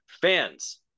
Fans